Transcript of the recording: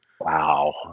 Wow